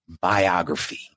biography